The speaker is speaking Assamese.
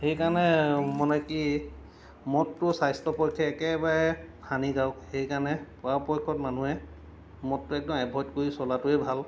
সেইকাৰণে মানে কি মদটো স্বাস্থ্যপক্ষে একেবাৰে হানিকাৰক সেইকাৰণে পৰাপক্ষত মানুহে মদটো একদম এভইড কৰি চলাটোৱেই ভাল